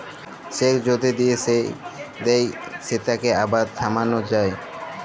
cheque যদি দিঁয়ে দেই সেটকে আবার থামাল যায়